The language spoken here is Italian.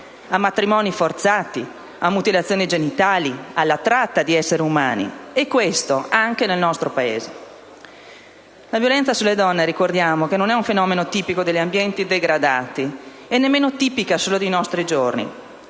a matrimoni forzati, alle mutilazioni genitali, alla tratta di esseri umani. Ciò avviene anche nel nostro Paese. Ricordo che la violenza sulle donne non è un fenomeno tipico degli ambienti degradati e nemmeno tipica solo dei nostri giorni,